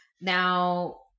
now